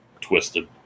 twisted